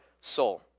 soul